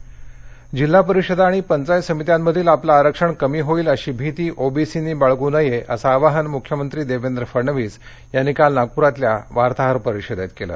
फडणविस जिल्हा परिषदा आणि पंचायत समित्यांमधील आपलं आरक्षण कमी होईल अशी भिती ओबीसींनी बाळगू नयेअसं आवाहन मुख्यमंत्री देवेंद्र फडणविस यांनी काल नागपुरातल्या वार्ताहर परिषदेत केलं